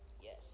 Yes